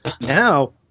Now